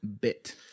bit